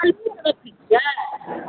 आइए ने छिए